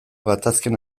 gatazken